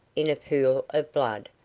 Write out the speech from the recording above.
in a pool of blood,